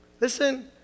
Listen